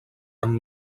amb